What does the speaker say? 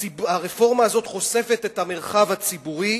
הרפורמה הזאת חושפת את המרחב הציבורי